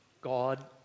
God